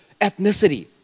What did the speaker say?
ethnicity